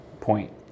point